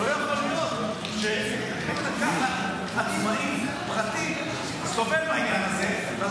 לא יכול להיות שבית המרקחת הפרטי סובל מהעניין הזה --- אתה